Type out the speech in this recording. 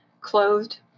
Clothed